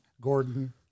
Gordon